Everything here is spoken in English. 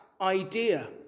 idea